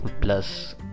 plus